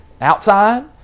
outside